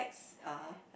(uh huh)